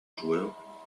joueur